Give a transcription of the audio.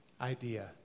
idea